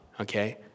okay